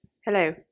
Hello